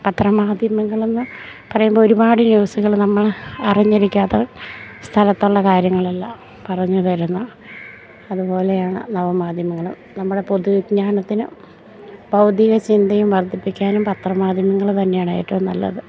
പത്രമാധ്യമങ്ങളെന്ന് പറയുമ്പോൾ ഒരുപാട് ന്യൂസുകള് നമ്മൾ അറിഞ്ഞിരിക്കാത്ത സ്ഥലത്തുള്ള കാര്യങ്ങളല്ല പറഞ്ഞു തരുന്നു അതുപോലെയാണ് നവമാധ്യമങ്ങളും നമ്മുടെ പൊതുവിജ്ഞാനത്തിനും ബൗദ്ധിക ചിന്തയും വർദ്ധിപ്പിക്കാനും പത്രമാധ്യമങ്ങൾ തന്നെയാണ് ഏറ്റവും നല്ലത്